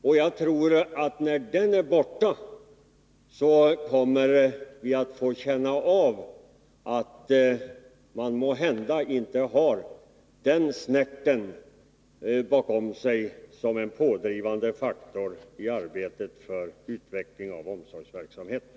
När den är borta tror jag att vi kommer att få känna av att man där måhända inte har den snärten bakom sig som pådrivande faktor i arbetet för utveckling av omsorgsverksamheten.